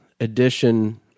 edition